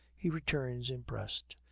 he returns, impressed.